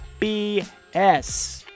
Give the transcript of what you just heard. BS